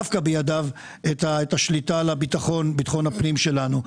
דווקא בידיו את השליטה על ביטחון הפנים שלנו.